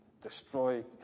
destroy